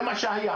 זה מה שהיה.